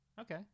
Okay